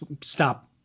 Stop